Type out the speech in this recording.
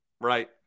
right